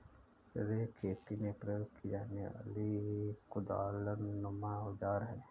rake खेती में प्रयोग की जाने वाली कुदालनुमा औजार है